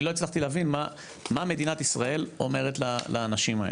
אני לא הצלחתי להבין מה מדינת ישראל אומרת לאנשים האלה.